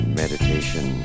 meditation